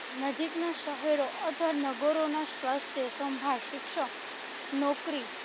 નજીકના શહેરો અથવા નગરોનાં સ્વાસ્થ્ય સંભાળ શિક્ષા નોકરી